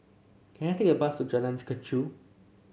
can I take a bus to Jalan Kechil